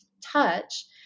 Touch